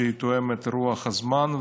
שתואמת את רוח הזמן.